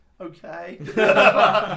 okay